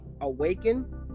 awaken